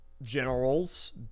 Generals